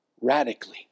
radically